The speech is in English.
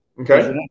Okay